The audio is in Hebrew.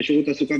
בשירות התעסוקה,